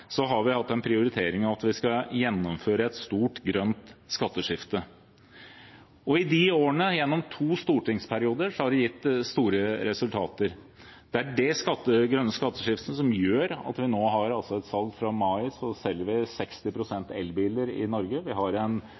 har vi hatt som prioritering at vi skal gjennomføre et stort grønt skatteskifte. I de årene, gjennom to stortingsperioder, har det gitt store resultater. Det er det grønne skatteskiftet som gjør at vi i mai solgte 60 pst. elbiler i Norge. Vi har en omstilling innenfor transportsektoren som virkelig ingen andre land er i nærheten av. Vi har